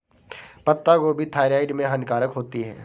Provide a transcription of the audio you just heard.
पत्ता गोभी थायराइड में हानिकारक होती है